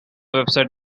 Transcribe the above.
website